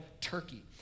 Turkey